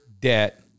debt